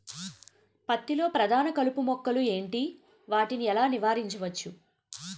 పత్తి లో ప్రధాన కలుపు మొక్కలు ఎంటి? వాటిని ఎలా నీవారించచ్చు?